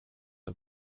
how